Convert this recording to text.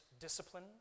discipline